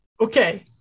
Okay